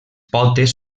potes